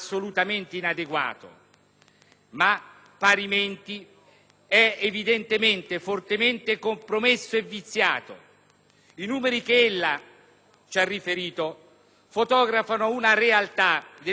ma parimenti è evidentemente fortemente compromesso e viziato. I numeri che lei ci ha riferito fotografano una realtà del sistema giustizia